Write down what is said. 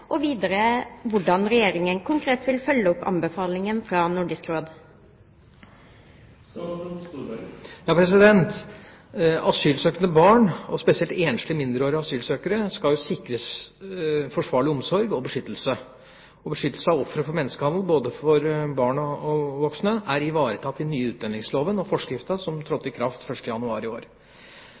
og videre hvordan Regjeringen vil følge opp anbefalingen fra Nordisk Råd?» Asylsøkende barn, og spesielt enslige mindreårige asylsøkere, skal sikres forsvarlig omsorg og beskyttelse. Beskyttelse av ofre for menneskehandel, både barn og voksne, er ivaretatt i den nye utlendingsloven og forskriften, som trådte i kraft 1. januar i år.